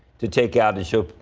to take out the show.